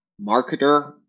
marketer